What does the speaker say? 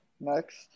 Next